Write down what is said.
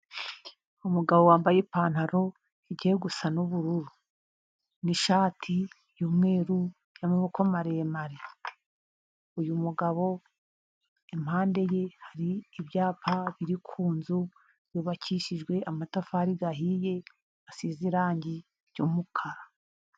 Umugabo wambaye ipantaro igiye gusa n'ubururu n'ishati y'umweru y'amaboko maremare, uyu mugabo impande ye hari ibyapa biri ku nzu yubakishijwe amatafari ahiye asize irangi ry'umukara.